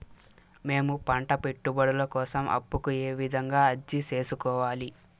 మేము పంట పెట్టుబడుల కోసం అప్పు కు ఏ విధంగా అర్జీ సేసుకోవాలి?